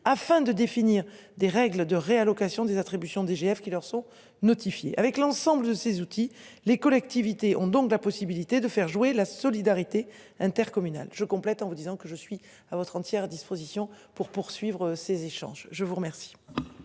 afin de définir des règles de réallocation des attributions DGF qui leurs sont notifiées avec l'ensemble de ces outils, les collectivités ont donc la possibilité de faire jouer la solidarité intercommunale, je complète en disant que je suis à votre entière disposition pour poursuivre ces échanges. Je vous remercie.